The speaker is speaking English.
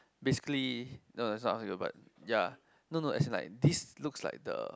basically no it's not but ya no no as in like this looks like the